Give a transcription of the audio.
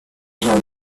have